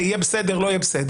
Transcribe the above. יהיה בסדר, לא יהיה בסדר.